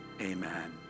amen